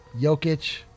Jokic –